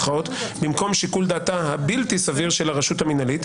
במקום שיקול דעתה הבלתי סביר של הרשות המינהלית,